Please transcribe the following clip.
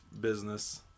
business